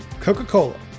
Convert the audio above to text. Coca-Cola